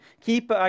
keep